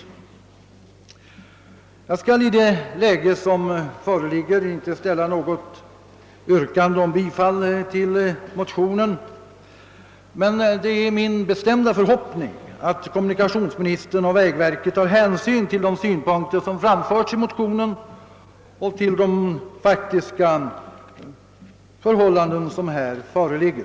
Så som frågan nu ligger till skall jag emellertid inte ställa något yrkande om bifall till vår motion, men det är min förhoppning att kommunikationsministern och vägverket tar hänsyn till de synpunkter som framförs i motionen och till de faktiska förhållanden som föreligger.